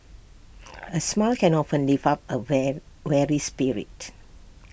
A smile can often lift up A wear weary spirit